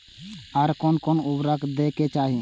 आर कोन कोन उर्वरक दै के चाही?